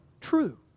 true